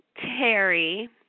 Terry